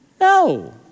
No